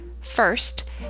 First